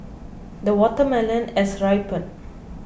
the watermelon has ripened